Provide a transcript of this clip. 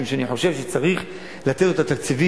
משום שאני חושב שצריך לתת לו את התקציבים